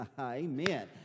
Amen